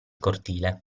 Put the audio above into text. cortile